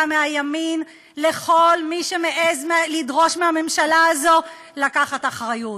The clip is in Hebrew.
מהימין מול כל מי שמעז לדרוש מהממשלה הזו לקחת אחריות.